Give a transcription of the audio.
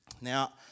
Now